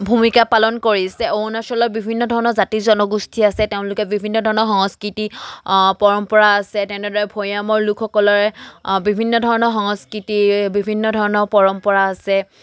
ভূমিকা পালন কৰিছে অৰুণাচলৰ বিভিন্ন ধৰণৰ জাতি জনগোষ্ঠী আছে তেওঁলোকে বিভিন্ন ধৰণৰ সংস্কৃতি পৰম্পৰা আছে তেনেদৰে ভৈয়ামৰ লোকসকলৰে বিভিন্ন ধৰণৰ সংস্কৃতি বিভিন্ন ধৰণৰ পৰম্পৰা আছে